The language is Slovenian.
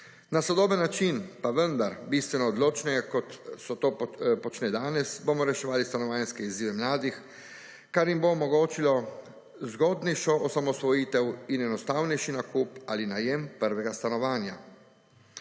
Na sodoben način pa vendar bistveno odločneje kot se to počne danes bomo reševali stanovanjske izzive mladih, kar jim bo omogočilo zgodnejšo osamosvojitev in enostavnejši nakup ali najem prvega stanovanja.